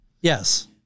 Yes